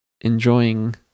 enjoying